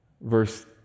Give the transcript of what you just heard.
verse